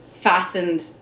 fastened